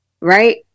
Right